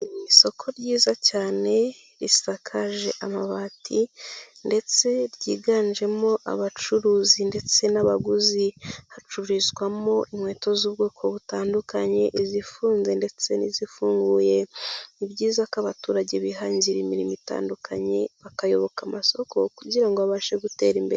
Ni isoko ryiza cyane risakaje amabati ndetse ryiganjemo abacuruzi ndetse n'abaguzi, hacururizwamo inkweto z'ubwoko butandukanye izifunze ndetse n'izifunguye, ni byiza ko abaturage bihangira imirimo itandukanye bakayoboka amasoko kugira ngo babashe gutera imbere.